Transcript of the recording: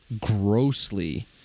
grossly